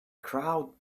crow